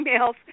emails